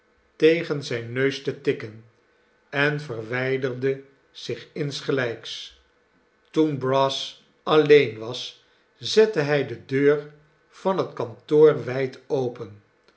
tegen zijn neus te tikken en verwijderde zich insgelijks toen brass alleen was zette hij de deurvan het kantoor wijd open